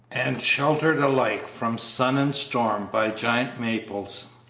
and sheltered alike from sun and storm by giant maples.